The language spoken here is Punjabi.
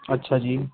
ਅੱਛਾ ਜੀ